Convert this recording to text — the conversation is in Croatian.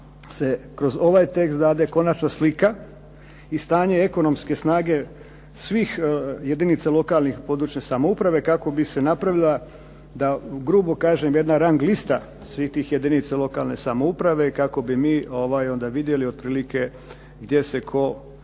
kroz ovaj tekst dade konačna slika i stanje ekonomske snage svih jedinica lokalna i područne samouprave kako bi se napravila da grubo kažem jedna rang lista svih tih jedinica lokalne samouprave kako bi mi vidjeli otprilike gdje se tko